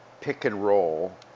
pick-and-roll